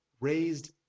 raised